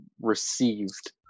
received